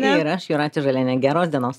ir aš jūratė žalienė geros dienos